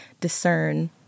discern